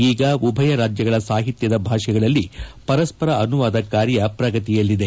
ಈಗ ಉಭಯ ರಾಜ್ಯಗಳ ಸಾಹಿತ್ಯದ ಭಾಷೆಗಳಲ್ಲಿ ಪರಸ್ವರ ಅನುವಾದ ಕಾರ್ಯ ಪ್ರಗತಿಯಲ್ಲಿದೆ